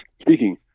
speaking